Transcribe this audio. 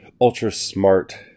ultra-smart